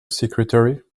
secretary